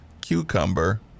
cucumber